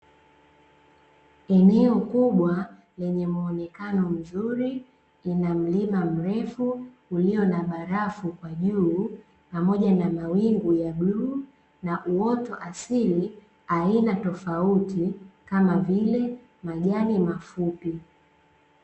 Eneo kubwa lenye muonekano mzuri, ina mlima mrefu ulio na barafu kwa juu pamoja na mawingu ya bluu na uoto asili aina tofauti, kama vile, majani mafupi.